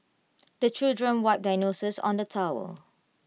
the children wipe their noses on the towel